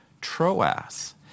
Troas